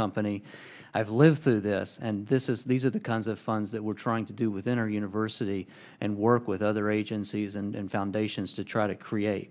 company i've lived through this and this is these are the kinds of funds that we're trying to do within our university and work with other agencies and foundations to try to create